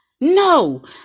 No